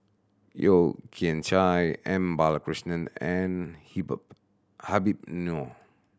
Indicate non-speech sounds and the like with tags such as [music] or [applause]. Yeo Kian Chai M Balakrishnan and [unintelligible] Habib Noh